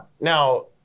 now